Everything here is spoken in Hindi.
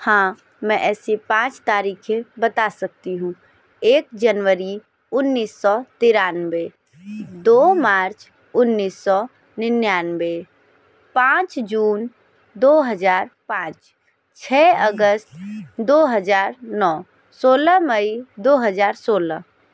हाँ मैं ऐसी पाँच तारिखें बता सकती हूँ एक जनवरी उन्नीस सौ तिरानवे दो मार्च उन्नीस सौ निन्यानबे पाँच जून दो हजार पाँच छः अगस्त दो हजार नौ सोलह मई दो हजार सोलह